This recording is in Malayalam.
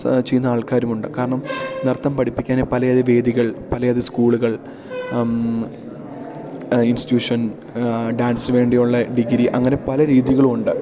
ചെയ്യുന്ന ആൾക്കാരുമുണ്ട് കാരണം നൃത്തം പഠിപ്പിക്കാൻ പലജാതി വേദികൾ പലജാതി സ്കൂളുകൾ ഇൻസ്റ്റിറ്റ്യൂഷൻ ഡാൻസിന് വേണ്ടിയുള്ള ഡിഗ്രി അങ്ങനെ പല രീതികളുണ്ട്